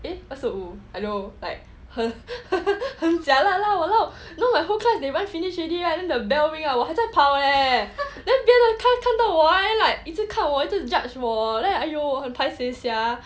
eh 二十五 I dunno like 很 jialat lah !walao! you know my whole class they run finish already right then the bell ring right 我还在跑 leh then 别的 class 看到我一直看我一直 judge 我 then I like !aiyo! 很 paiseh sia